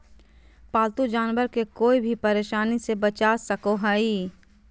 पालतू जानवर के कोय भी परेशानी से बचा सको हइ